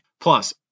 Plus